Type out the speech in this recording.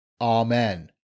Amen